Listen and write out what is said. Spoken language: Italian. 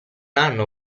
anno